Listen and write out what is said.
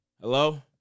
hello